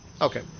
Okay